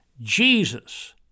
Jesus